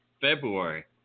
February